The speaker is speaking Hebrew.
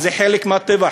זה חלק מהטבע,